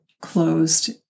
closed